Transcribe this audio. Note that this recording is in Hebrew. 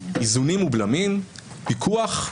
האיזונים והבלמים, פיקוח.